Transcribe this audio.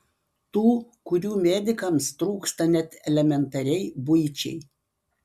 tų kurių medikams trūksta net elementariai buičiai